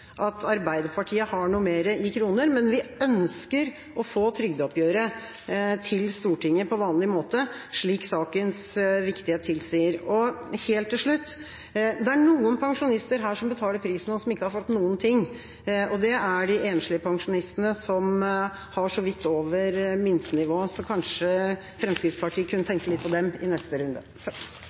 at Arbeiderpartiet har noe mer i kroner, men vi ønsker å få trygdeoppgjøret til Stortinget på vanlig måte, slik sakens viktighet tilsier. Helt til slutt: Det er noen pensjonister som betaler prisen, men ikke har fått noen ting. Det er de enslige pensjonistene som har så vidt over minstenivået. Kanskje Fremskrittspartiet kunne tenke litt på dem i neste runde?